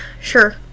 sure